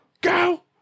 go